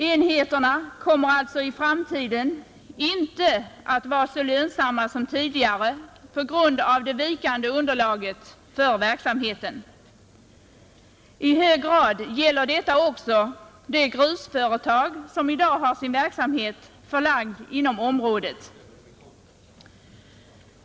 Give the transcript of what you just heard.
Enheterna kommer alltså i framtiden inte att vara så lönsamma som tidigare på grund av det vikande underlaget för verksamheten. I hög grad gäller detta också det grusföretag som i dag har sin verksamhet förlagd inom området.